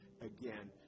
again